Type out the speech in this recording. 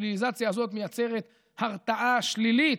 הפליליזציה הזאת מייצרת הרתעה שלילית,